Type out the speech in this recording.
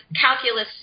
calculus